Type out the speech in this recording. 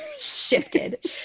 shifted